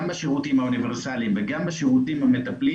גם בשירותים האוניברסאליים וגם בשירותים המטפלים